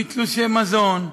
תלושי מזון,